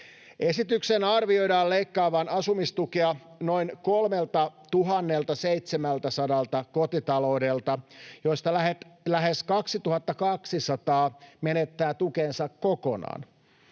Esityksen arvioidaan leikkaavan asumistukea noin 3 700 kotitaloudelta, joista lähes 2 200 menettää tukensa kokonaan.